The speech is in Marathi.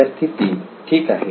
विद्यार्थी 3 ठीक आहे